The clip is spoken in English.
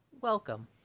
Welcome